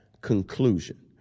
conclusion